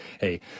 Hey